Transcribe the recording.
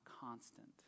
constant